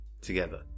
together